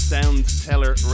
Soundteller